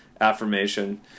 affirmation